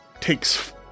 takes